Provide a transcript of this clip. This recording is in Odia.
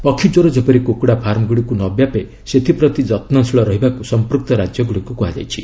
ପକ୍ଷୀ ଜ୍ୱର ଯେପରି କୁକୁଡ଼ା ଫାର୍ମ ଗୁଡ଼ିକୁ ନ ବ୍ୟାପେ ସେଥିପ୍ରତି ଯତ୍ନଶୀଳ ରହିବାକୁ ସଂପ୍ରକ୍ତ ରାଜ୍ୟଗୁଡ଼ିକୁ କୁହାଯାଇଛି